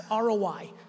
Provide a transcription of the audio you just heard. ROI